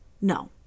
No